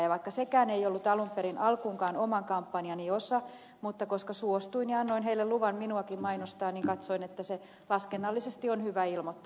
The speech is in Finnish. ja vaikka sekään ei ollut alun perin alkuunkaan oman kampanjani osa mutta koska suostuin ja annoin heille luvan minuakin mainostaa niin katsoin että se laskennallisesti on hyvä ilmoittaa